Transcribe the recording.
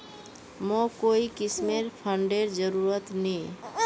मोक कोई किस्मेर फंडेर जरूरत नी